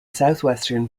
southwestern